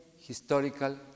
historical